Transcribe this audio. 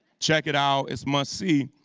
check it out, it's must see.